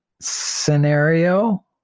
scenario